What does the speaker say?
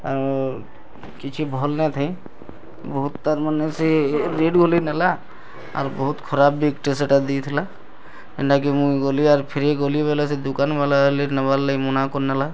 ଆଉ କିଛି ଭଲ୍ ନା ଥାଏ ବହୁତ୍ ତା'ର୍ ମାନେ ସେ ରେଟ୍ ବୋଲି ନେଲା ଆଉ ବହୁତ୍ ଖରାପ୍ ବି ବେଗ୍ଟେ ସେଟା ଦେଇଥିଲା ଏନ୍ତା କି ମୁଇଁ ଗଲି ଆର୍ ଫେରେଇ ଗଲି ବୋଲି ସେ ଦୁକାନ୍ ବାଲା ନାବାର୍ ଲାଗି ମନା କର୍ନେଲା